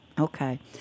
Okay